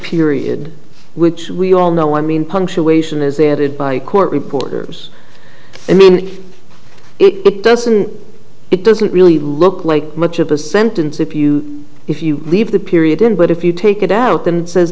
period which we all know i mean punctuation is they added by court reporters i mean it doesn't it doesn't really look like much of a sentence if you if you leave the period in but if you take it out then says